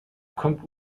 kommt